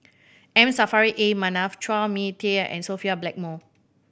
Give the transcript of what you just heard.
M Saffri A Manaf Chua Mia Tee and Sophia Blackmore